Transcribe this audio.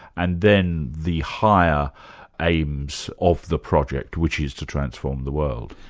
and then the higher aims of the project, which is to transform the world.